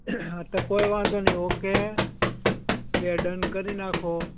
તે કોઈ વાંધો નહીં ઓકે બે ડન કરી નાખો